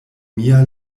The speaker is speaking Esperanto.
mia